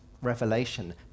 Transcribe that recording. revelation